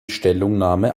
stellungnahme